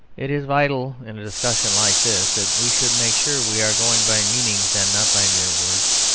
it is vital in a discussion like this, that we should make sure we are going by meanings and not by mere words.